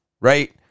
right